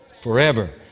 forever